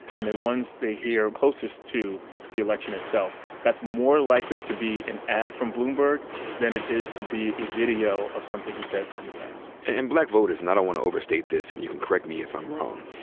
and they're ones they hear closest to the election itself. that's more likely to be an ad from bloomberg than it is to be a video of something he said in the past. and black voters, and i don't wanna overstate this, and you can correct me if i'm wrong.